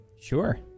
Sure